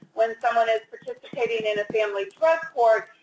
when someone is participating in a family drug court,